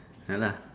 ya lah